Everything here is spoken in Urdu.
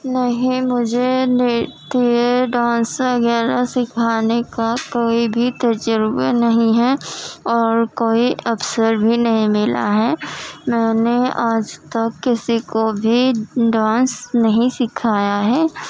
نہیں مجھے دیکھیے ڈانس وغیرہ سکھانے کا کوئی بھی تجربہ نہیں ہے اور کوئی اوسر بھی نہیں ملا ہے میں نے آج تک کسی کو بھی ڈانس نہیں سکھایا ہے